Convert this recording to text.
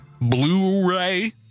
Blu-ray